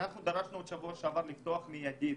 דרשנו בשבוע שעבר לפתוח מידית,